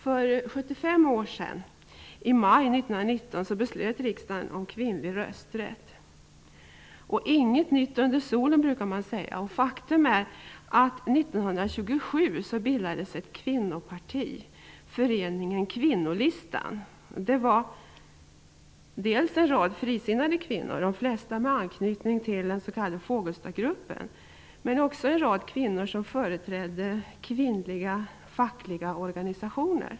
För 75 år sedan, i maj 1919, fattade riksdagen beslut om kvinnlig rösträtt. Inget nytt under solen, brukar man säga, och ett faktum är att ett kvinnoparti bildades 1927: Föreningen Kvinnolistan. Det var dels en rad frisinnade kvinnor, de flesta med anknytning till den s.k. Fogelstadgruppen, dels en rad kvinnor som företrädde kvinnliga fackliga organisationer.